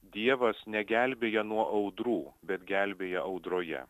dievas negelbėja nuo audrų bet gelbėja audroje